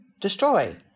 Destroy